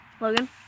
Logan